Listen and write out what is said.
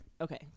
Okay